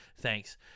Thanks